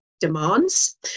demands